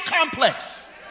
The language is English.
complex